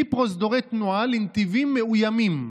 מפרוזדורי תנועה לנתיבים" מאוימים.